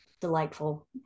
delightful